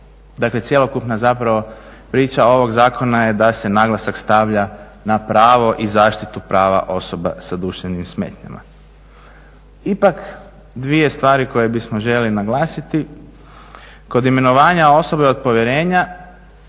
Dakle cjelokupna zapravo priča ovog zakona je da se naglasak stavlja na pravo i zaštitu prava osoba sa duševnim smetnjama. Ipak dvije stvari koje bismo željeli naglasiti, kod imenovanja osobe od povjerenja